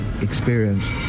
experience